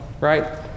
right